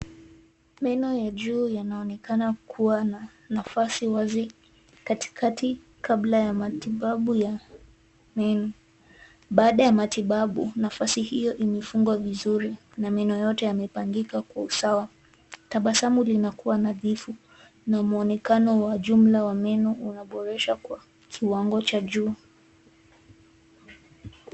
Meno ya juu yanaonekana kuwa na nafasi wazi katikati kabla ya matibabu ya meno. Baada ya matibabu, nafasi hiyo imefungwa vizuri na meno yote yamepangika kwa usawa. Tabasamu limekuwa nadhifu na muonekano wa jumla wa meno umeboreshwa kwa kiwango cha juu.